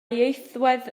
ieithwedd